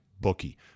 bookie